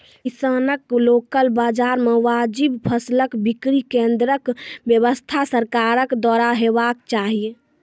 किसानक लोकल बाजार मे वाजिब फसलक बिक्री केन्द्रक व्यवस्था सरकारक द्वारा हेवाक चाही?